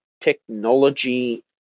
technology